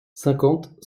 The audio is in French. cinquante